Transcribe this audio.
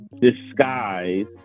disguise